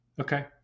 Okay